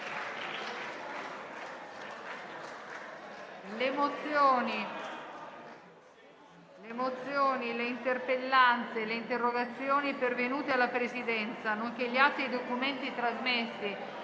Le mozioni, le interpellanze e le interrogazioni pervenute alla Presidenza, nonché gli atti e i documenti trasmessi